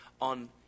on